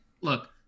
Look